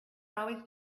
always